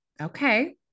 Okay